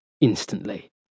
instantly